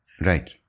Right